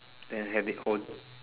then have it hold